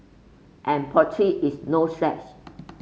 and Portugal is no slouch